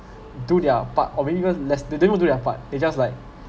do their part or maybe even less they don't even do their part they just like